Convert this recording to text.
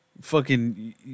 fucking-